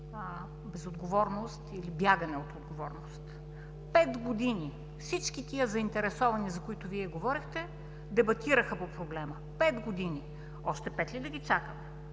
безотговорност или бягане от отговорност. Пет години всички заинтересовани, за които Вие говорихте, дебатираха по проблема. Пет години! Още пет ли да ги чакаме,